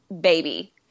baby